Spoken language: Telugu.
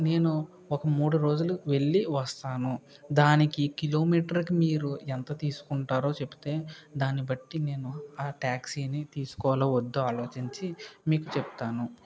నేను ఒక మూడు రోజులు వెళ్లి వస్తాను దానికి కిలమీటర్కి మీరు ఎంత తీసుకుంటారో చెప్తే దాన్ని బట్టి నేను ఆ టాక్సీని తీసుకోవాలా వద్దా అని ఆలోచించి మీకు చెప్తాను